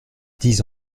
dix